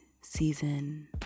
season